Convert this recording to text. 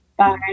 Bye